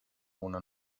una